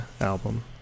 album